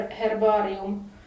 herbarium